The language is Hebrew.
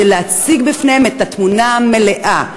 להציג בפניהן את התמונה המלאה,